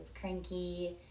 cranky